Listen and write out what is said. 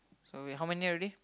so wait how many already